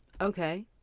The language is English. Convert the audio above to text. okay